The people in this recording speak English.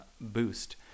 boost